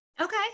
okay